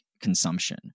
consumption